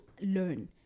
learn